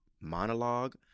monologue